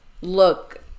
look